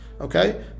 Okay